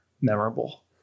memorable